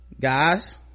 guys